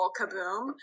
kaboom